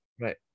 right